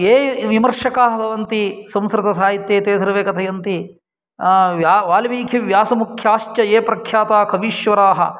ये विमर्षकाः भवन्ति संस्कृतसाहित्ये ते सर्वे कथयन्ति वाल्मीकिव्यासमुख्याश्च ये प्रख्याताः कवीश्वराः